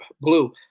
blue